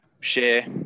share